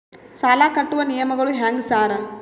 ಸಾಲ ಕಟ್ಟುವ ನಿಯಮಗಳು ಹ್ಯಾಂಗ್ ಸಾರ್?